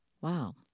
Wow